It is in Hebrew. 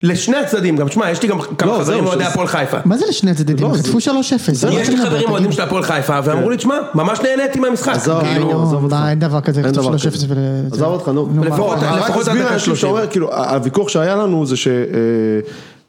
לשני הצדדים גם, תשמע יש לי גם כמה חברים אוהדי הפועל חיפה. מה זה לשני הצדדים, הם כתבו שלוש אפס. יש לי חברים אוהדים של הפועל חיפה ואמרו לי, שמע ממש נהניתי מהמשחק. עזוב, נו, עזוב אותך, אין דבר כזה כתוב שלוש אפס ו... עזוב אותך נו, לפחות עד ה-30. כאילו הוויכוח שהיה לנו זה ש...